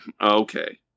Okay